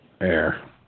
air